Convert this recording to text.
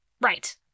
Right